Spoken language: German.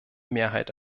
mehrheit